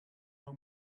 know